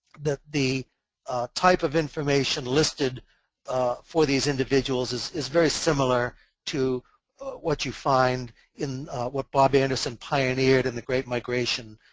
that the type of information listed for these individuals is is very similar to what you find in what bob anderson pioneered in the great migration